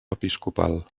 episcopal